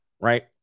Right